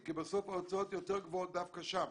כי בסוף ההוצאות יותר גבוהות דווקא שם,